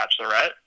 Bachelorette